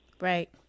right